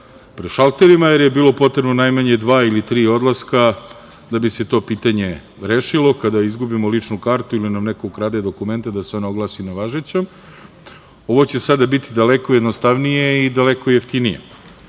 pred šalterima, jer je bilo potrebno najmanje dva ili tri odlaska da bi se to pitanje rešilo kada izgubimo ličnu kartu ili nam neko ukrade dokument da se ona oglasi nevažećom. Ovo će sada biti daleko jednostavnije i daleko jeftinije.